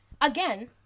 again